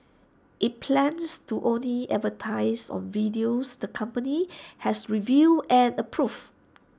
IT plans to only advertise on videos the company has reviewed and approved